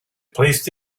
placed